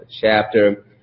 chapter